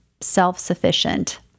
self-sufficient